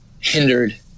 hindered